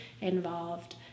involved